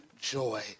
joy